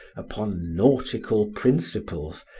upon nautical principles,